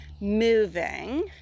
moving